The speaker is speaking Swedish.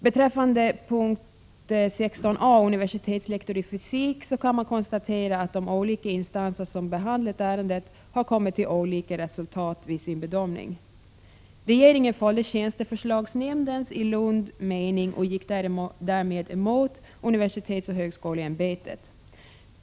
Beträffande punkt 16 a, tillsättning av tjänst som universitetslektor i fysik, kan man konstatera att de olika instanser som behandlat ärendet har kommit till olika resultat vid sin bedömning. Regeringen följde tjänsteförslagsnämnden i Lund och gick därmed emot universitetsoch högskoleämbetet.